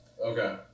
okay